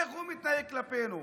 איך הוא מתנהג כלפינו?